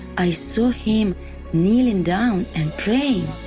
i saw him kneeling down and praying.